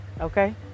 okay